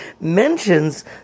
mentions